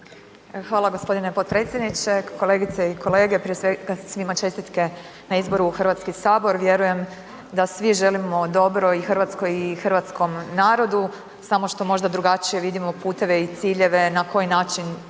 Hvala g. potpredsjedniče, kolegice i kolege. Prije svega, svima čestitke na izboru u HS, vjerujem da svi želimo dobro i RH i hrvatskom narodu samo što možda drugačije vidimo puteve i ciljeve na koji način